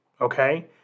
okay